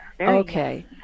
Okay